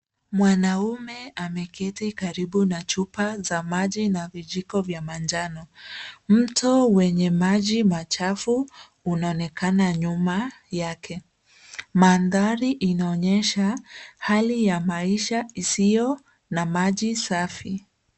Mwanaume ameketi karibu na chupa za maji na vijiko vya manjano. Mto wenye maji machafu unaonekana nyuma yake. Mandhari yanaonyesha hali ya maisha isiyo na maji safi.